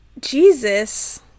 Jesus